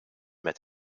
met